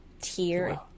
tier